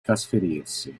trasferirsi